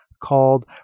called